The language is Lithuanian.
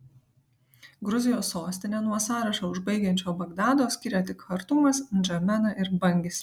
gruzijos sostinę nuo sąrašą užbaigiančio bagdado skiria tik chartumas ndžamena ir bangis